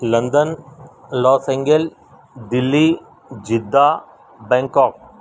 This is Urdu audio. London Los Angeles Delhi Jeddah Bangkok